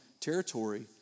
Territory